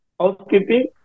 housekeeping